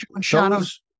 Shadows